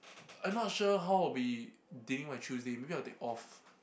I'm not sure how will be dealing my Tuesday maybe I'll take off